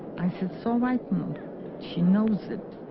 i said so heightened she knows it